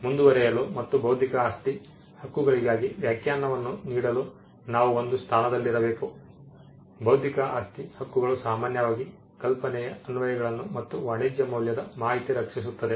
ಮುಂದುವರೆಯಲು ಮತ್ತು ಬೌದ್ಧಿಕ ಆಸ್ತಿ ಹಕ್ಕುಗಳಿಗಾಗಿ ವ್ಯಾಖ್ಯಾನವನ್ನು ನೀಡಲು ನಾವು ಒಂದು ಸ್ಥಾನದಲ್ಲಿರಬೇಕು ಬೌದ್ಧಿಕ ಆಸ್ತಿ ಹಕ್ಕುಗಳು ಸಾಮಾನ್ಯವಾಗಿ ಕಲ್ಪನೆಯ ಅನ್ವಯಗಳನ್ನು ಮತ್ತು ವಾಣಿಜ್ಯ ಮೌಲ್ಯದ ಮಾಹಿತಿಯನ್ನು ರಕ್ಷಿಸುತ್ತದೆ